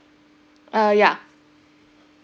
uh ya